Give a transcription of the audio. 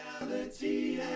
reality